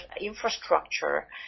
infrastructure